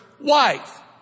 wife